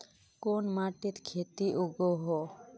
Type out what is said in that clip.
कोन माटित खेती उगोहो?